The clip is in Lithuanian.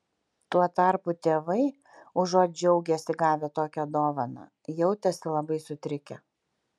tuo tarpu tėvai užuot džiaugęsi gavę tokią dovaną jautėsi labai sutrikę